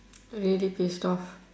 really pissed off